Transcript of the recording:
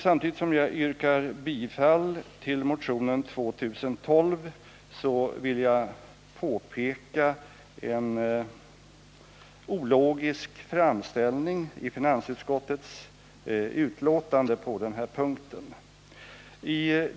Samtidigt som jag yrkar bifall till motionen 2012 vill jag peka på en ologisk framställning på denna punkt i finansutskottets betänkande.